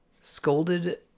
scolded